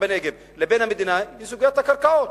בנגב לבין המדינה הוא סוגיית הקרקעות.